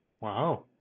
wow